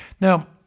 Now